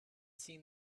seen